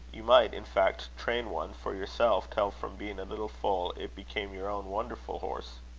you might, in fact, train one for yourself till from being a little foal it became your own wonderful horse.